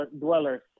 dwellers